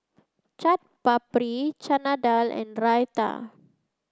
Chaat Papri Chana Dal and Raita